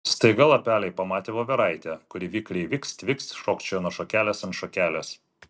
staiga lapeliai pamatė voveraitę kuri vikriai vikst vikst šokčioja nuo šakelės ant šakelės